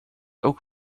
ook